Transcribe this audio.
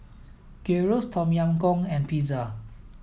Gyros Tom Yam Goong and Pizza